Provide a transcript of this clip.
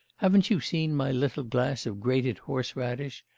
haven't you seen my little glass of grated horse-radish?